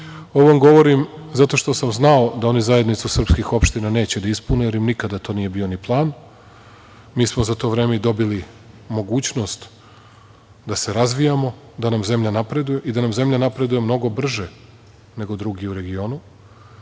vam govorim zato što sam znao da oni zajednicu srpskih opština neće da ispune, jer im nikada to nije bio ni plan, mi smo za to vreme dobili i mogućnost da se razvijamo da nam zemlja napreduje i da ona napreduje mnogo brže, nego drugi u regionu. Ja